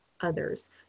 others